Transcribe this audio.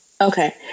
Okay